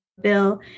bill